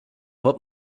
what